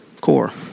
core